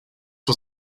was